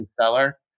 seller